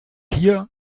hier